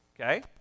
okay